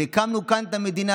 והקמנו כאן את המדינה,